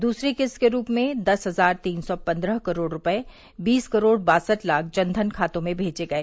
दूसरी किस्त के रूप में दस हजार तीन सौ पंद्रह करोड़ रूपए बीस करोड़ बासठ लाख जन घन खातों में मेजे गए